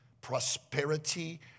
prosperity